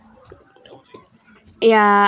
yeah